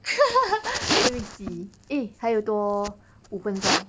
let me see eh 还有多五分钟